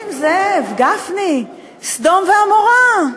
נסים זאב, גפני, סדום ועמורה.